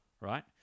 right